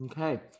Okay